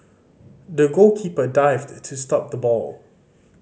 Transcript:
the goalkeeper dived to stop the ball